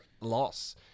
loss